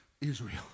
Israel